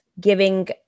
giving